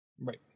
right